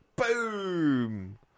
Boom